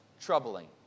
troubling